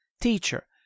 Teacher